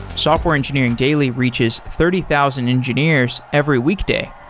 software engineering daily reaches thirty thousand engineers every week day,